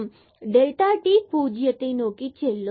எனவே delta t பூஜ்ஜியம் நோக்கிச்செல்லும்